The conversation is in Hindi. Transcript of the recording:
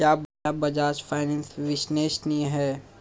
क्या बजाज फाइनेंस विश्वसनीय है?